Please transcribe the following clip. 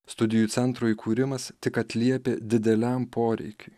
studijų centro įkūrimas tik atliepia dideliam poreikiui